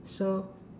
so